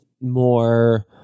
more